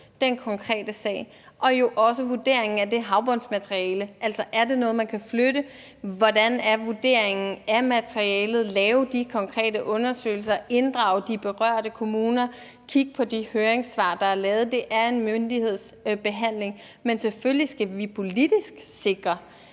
den konkrete sag og jo også vurdere havbundsmaterialet – er det noget, man kan flytte, hvordan er vurderingen af materialet? – og så lave de konkrete undersøgelser, inddrage de berørte kommuner og kigge på de høringssvar, der er lavet. Det er en myndighedsbehandling. Men selvfølgelig skal vi politisk sikre,